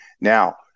Now